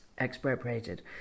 expropriated